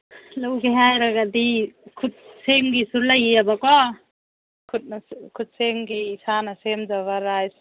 ꯂꯧꯒꯦ ꯍꯥꯏꯔꯒꯗꯤ ꯈꯨꯠꯁꯦꯝꯒꯤꯁꯨ ꯂꯩꯌꯦꯕꯀꯣ ꯈꯨꯠꯁꯦꯝꯒꯤ ꯏꯁꯥꯅꯁꯨ ꯁꯦꯝꯖꯕ ꯔꯥꯏꯁ